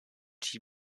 she